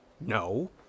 No